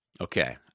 Okay